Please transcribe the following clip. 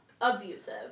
Abusive